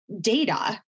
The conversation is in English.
data